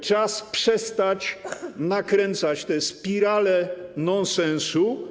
Czas przestać nakręcać tę spiralę nonsensu.